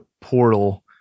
portal